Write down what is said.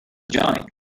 johnny